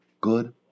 good